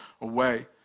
away